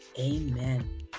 Amen